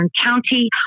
County